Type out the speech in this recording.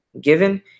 given